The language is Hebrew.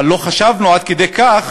אבל לא חשבנו עד כדי כך